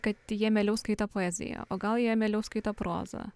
kad jie mieliau skaito poeziją o gal jie mieliau skaito prozą